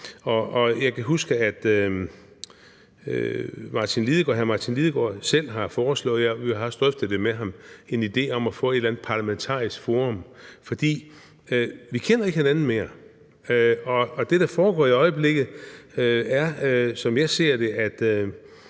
Jeg kan huske, at hr. Martin Lidegaard er kommet – jeg har også drøftet det med ham – med en idé om at få et eller andet parlamentarisk forum, fordi vi ikke kender hinanden mere. Det, der foregår i øjeblikket, er, som jeg ser det,